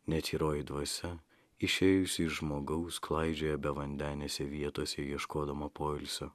netyroji dvasia išėjusi iš žmogaus klaidžioja bevandenėse vietose ieškodama poilsio